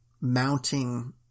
mounting